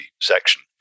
section